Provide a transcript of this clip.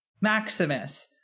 Maximus